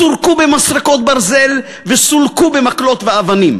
סורקו במסרקות ברזל וסולקו במקלות ואבנים.